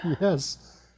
Yes